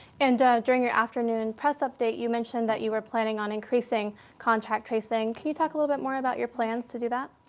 and during your afternoon press update, you mentioned that you were planning on increasing contact tracing. can you talk a little bit more about your plans to do that?